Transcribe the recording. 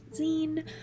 zine